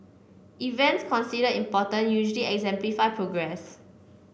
events considered important usually exemplify progress